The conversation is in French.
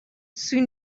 sous